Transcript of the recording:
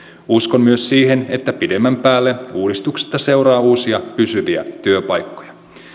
uskon myös siihen että pidemmän päälle uudistuksesta seuraa uusia pysyviä työpaikkoja